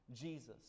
Jesus